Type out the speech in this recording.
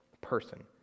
person